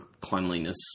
cleanliness